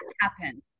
happen